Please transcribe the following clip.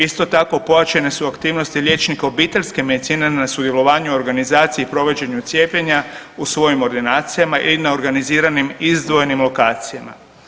Isto tako, pojačane su aktivnosti liječnika obiteljske medicine na sudjelovanju i organizaciji i provođenju cijepljenja u svojim ordinacijama i na organiziranih izdvojenim lokacijama.